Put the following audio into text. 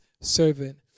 servant